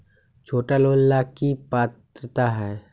छोटा लोन ला की पात्रता है?